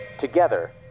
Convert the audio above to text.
Together